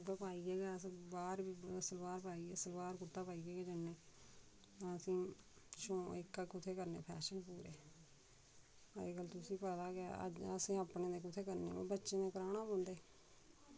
उ'यै पाइयै गै अस बाह्र बी सलवार पाइयै सलवार कुर्ता पाइयै गै जन्ने असेंई शौक एह्का कुत्थै करने फैैशन पूरे अज्ज्कल तुसें ते पता गै अग्गें असें अपने कुत्थै करने बा बच्चे दे कराने पोंदे